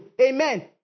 Amen